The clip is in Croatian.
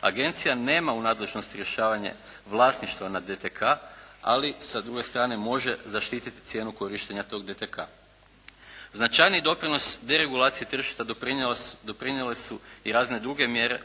Agencija nema u nadležnosti rješavanje vlasništva nad DTK, ali sa druge strane može zaštiti cijenu korištenja tog DTK. Značajni doprinos deregulacije tržišta doprinijele su i razne druge mjere